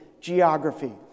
geography